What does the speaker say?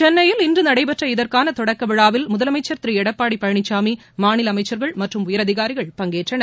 சென்னையில் இன்று நடைபெற்ற இதற்கான தொடக்கவிழாவில் முதலமைச்சர் திரு எடப்பாடி பழனிசாமி மாநில அமைச்சகர்கள் மற்றும் உயரதிகாரிகள் பங்கேற்றனர்